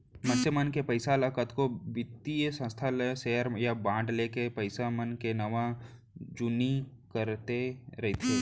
मनसे मन के पइसा ल कतको बित्तीय संस्था मन सेयर या बांड लेके पइसा मन के नवा जुन्नी करते रइथे